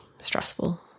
stressful